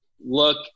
look